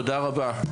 תודה רבה.